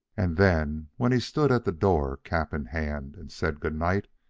and then, when he stood at the door, cap in hand, and said good night.